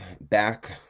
Back